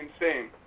insane